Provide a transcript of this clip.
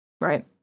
Right